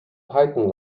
python